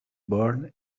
born